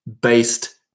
based